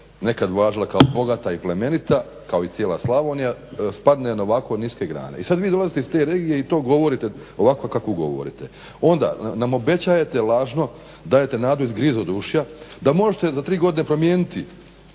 nekad važila kao bogata i plemenita, kao i cijela Slavonija spadne na ovako niske grane. I sad vi dolazite iz te regije i to govorite, ovako kako govorite. Onda nam obećajete lažno, dajete nadu iz grizodušja da možete za 3 godine promijeniti